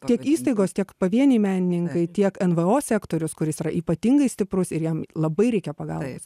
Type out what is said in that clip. tiek įstaigos tiek pavieniai menininkai tiek nvo sektorius kuris yra ypatingai stiprus ir jam labai reikia pagal pagalbos